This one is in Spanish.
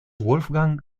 wolfgang